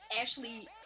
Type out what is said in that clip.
Ashley